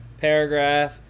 paragraph